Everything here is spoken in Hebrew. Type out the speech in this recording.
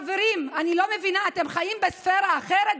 חברים, אני לא מבינה, אתם חיים בספרה אחרת?